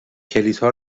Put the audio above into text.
کلیدها